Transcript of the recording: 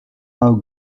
our